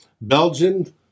Belgian